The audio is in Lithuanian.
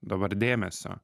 dabar dėmesio